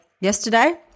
yesterday